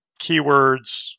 keywords